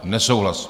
Nesouhlas.